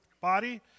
body